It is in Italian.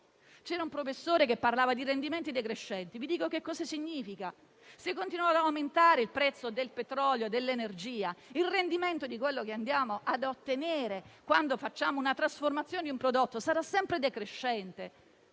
C'era un professore che parlava di rendimenti decrescenti. Vi dico che cosa significa: se continuerà ad aumentare il prezzo del petrolio e dell'energia, il rendimento di quello che andremo a ottenere dalla trasformazione di un prodotto sarà sempre decrescente